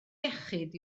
iechyd